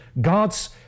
God's